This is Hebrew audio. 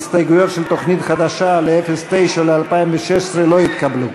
ההסתייגויות של תוכנית חדשה ב-09 ל-2016 לא התקבלו.